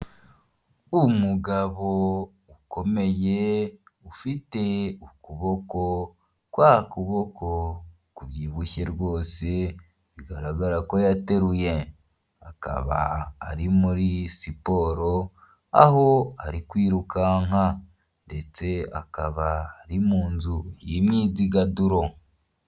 Umugabo ukomeye ufite ukuboko kwa kuboko kubyibushye rwose, bigaragara ko yateruye, akaba ari muri siporo aho ari kwirukanka ndetse akaba ari mu nzu y'imyidagaduro.